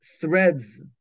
threads